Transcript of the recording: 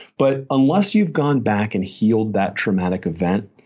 but unless you've gone back and healed that traumatic event,